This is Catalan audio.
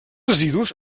residus